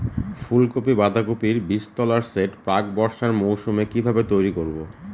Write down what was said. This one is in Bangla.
ফুলকপি বাধাকপির বীজতলার সেট প্রাক বর্ষার মৌসুমে কিভাবে তৈরি করব?